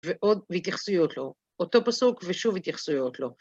‫והתייחסויות לו. ‫אותו פסוק ושוב התייחסויות לו.